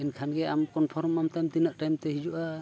ᱮᱱᱠᱷᱟᱱ ᱜᱮ ᱟᱢ ᱠᱚᱱᱯᱷᱟᱨᱚᱢᱮᱱ ᱛᱟᱢ ᱛᱤᱱᱟᱹᱜ ᱴᱟᱭᱤᱢᱛᱮ ᱦᱤᱡᱩᱜᱼᱟ